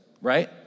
right